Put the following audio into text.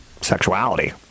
sexuality